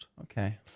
Okay